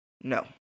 No